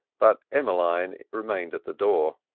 but emmeline remained at the door.